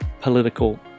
political